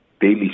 daily